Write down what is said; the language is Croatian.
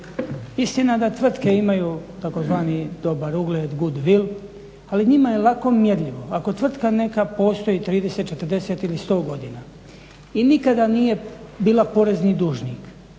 Istina da tvrtke imaju tzv. dobar ugled, good will, ali njima je lako mjerljivo, ako tvrtka neka postoji 30, 40 ili 100 godina i nikada nije bila porezni dužnik,